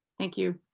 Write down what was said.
thank you.